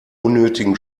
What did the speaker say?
unnötigen